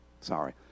sorry